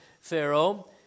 Pharaoh